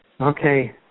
Okay